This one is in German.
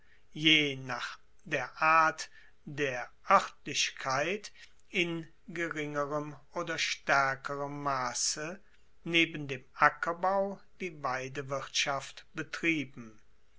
je nach der art der oertlichkeit in geringerem oder staerkerem masse neben dem ackerbau die weidewirtschaft betrieben